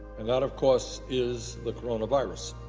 and that of course, is the coronavirus.